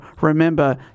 remember